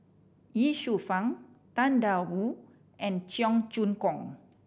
Ye Shufang Tang Da Wu and Cheong Choong Kong